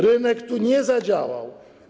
Rynek tu nie zadziałał.